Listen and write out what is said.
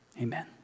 Amen